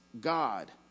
God